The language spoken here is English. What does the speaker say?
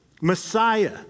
Messiah